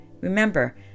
Remember